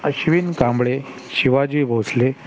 Ashwin Kamble Shivaji Bhosale